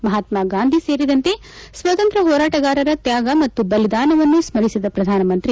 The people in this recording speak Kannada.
ಮಹಾತ್ಮಾ ಗಾಂಧಿ ಸೇರಿದಂತೆ ಸ್ವಾತಂತ್ರ್ಯ ಹೋರಾಟಗಾರರ ತ್ಯಾಗ ಮತ್ತು ಬಲಿದಾನವನ್ನು ಸ್ಥರಿಸಿದ ಪ್ರಧಾನಮಂತ್ರಿ